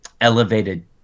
elevated